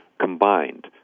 combined